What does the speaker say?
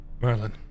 Merlin